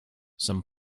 some